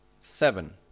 Seven